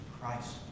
Christ